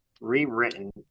rewritten